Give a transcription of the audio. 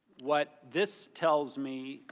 what this tells me,